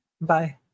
Bye